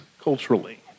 culturally